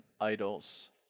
idols